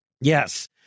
Yes